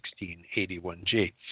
1681G